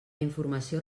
informació